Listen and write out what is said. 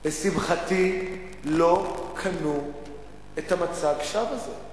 לשמחתי לא קנו את מצג השווא הזה.